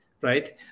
right